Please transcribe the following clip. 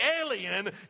alien